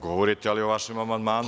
Govorite, ali o vašem amandmanu.